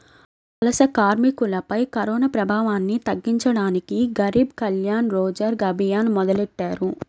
వలస కార్మికులపై కరోనాప్రభావాన్ని తగ్గించడానికి గరీబ్ కళ్యాణ్ రోజ్గర్ అభియాన్ మొదలెట్టారు